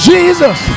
Jesus